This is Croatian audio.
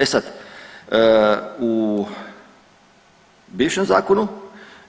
E sad, u bivšem zakonu